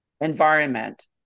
environment